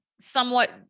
somewhat